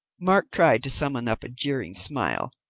mark tried to summon up a jeering smile.